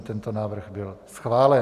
Tento návrh byl schválen.